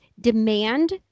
demand